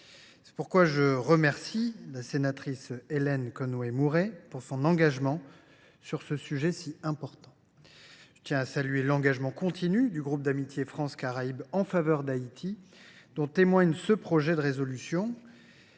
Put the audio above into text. C’est pourquoi je remercie la sénatrice Hélène Conway Mouret de son engagement sur ce sujet si important. Je tiens aussi à saluer l’engagement continu du groupe d’amitié France Caraïbes en faveur d’Haïti, dont témoigne cette proposition de résolution.